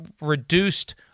reduced